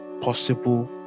possible